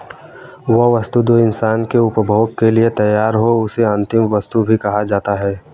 वह वस्तु जो इंसान के उपभोग के लिए तैयार हो उसे अंतिम वस्तु भी कहा जाता है